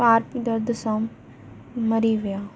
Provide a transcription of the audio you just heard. PARP दर्द सां मरी विया